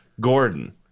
Gordon